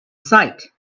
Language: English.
sight